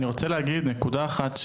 אני רוצה להגיד נקודה אחת,